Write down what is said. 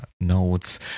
notes